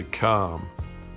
come